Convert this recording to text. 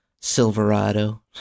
Silverado